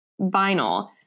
vinyl